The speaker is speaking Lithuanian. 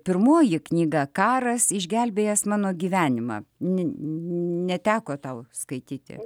pirmoji knyga karas išgelbėjęs mano gyvenimą neteko tau skaityti